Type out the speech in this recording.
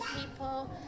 people